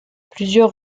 plusieurs